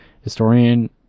historian